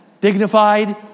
dignified